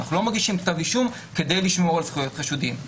אנחנו לא מגישים כתב אישום כדי לשמור על זכויות חשודים,